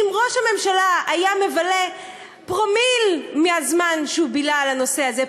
אם ראש הממשלה היה מבלה פרומיל מהזמן שהוא בילה על הנושא הזה,